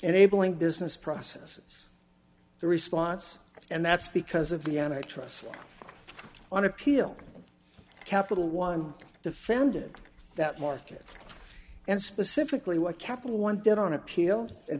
enabling business processes the response and that's because of the an actress on appeal capital one defended that market and specifically what capital one did on appeal